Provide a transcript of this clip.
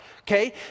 Okay